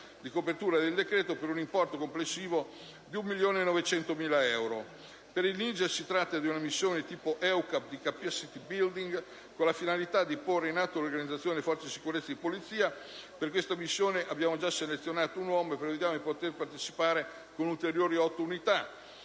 di copertura del decreto, per un importo complessivo di un milione e 900.000 euro. Per il Niger si tratta di una missione del tipo EUCAP di *capacity building* con la finalità di porre in atto l'organizzazione delle forze di sicurezza e di polizia. Per questa missione abbiamo già selezionato un uomo e prevediamo di poter partecipare con ulteriori otto unità.